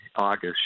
August